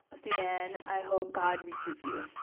sudan, i hope god reaches you.